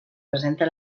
presenta